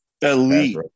elite